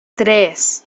tres